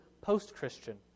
post-Christian